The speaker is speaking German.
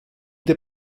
der